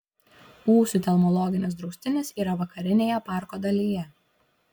ūsių telmologinis draustinis yra vakarinėje parko dalyje